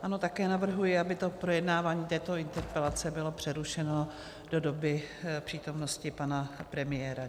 Ano, také navrhuji, aby projednávání této interpelace bylo přerušeno do doby přítomnosti pana premiéra.